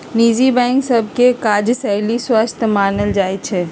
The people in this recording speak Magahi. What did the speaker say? निजी बैंक सभ के काजशैली स्वस्थ मानल जाइ छइ